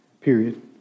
period